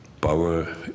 power